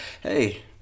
hey